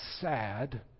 sad